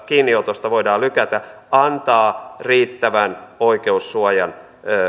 kiinniotosta voidaan lykätä antavat riittävän oikeussuojan